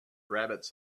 rabbits